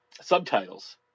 subtitles